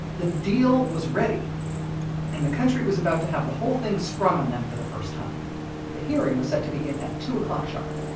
the deal was ready and the country was about to have the whole thing sprung on them for the first time the hearing was set to begin at two o'clock sharp.